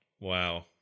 wow